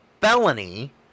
felony